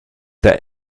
der